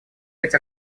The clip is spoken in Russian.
быть